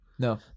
no